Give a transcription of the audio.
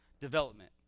development